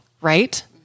Right